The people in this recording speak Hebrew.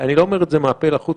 אני לא אומר את זה מהפה לחוץ,